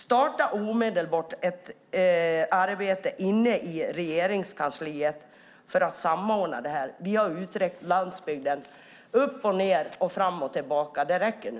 Starta omedelbart ett arbete inne i Regeringskansliet för att samordna detta! Landsbygden har utretts upp och ned och fram och tillbaka; det räcker nu!